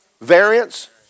Variants